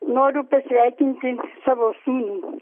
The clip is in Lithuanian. noriu pasveikinti savo sūnų